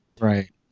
Right